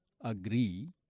agree